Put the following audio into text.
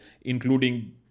including